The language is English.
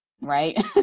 right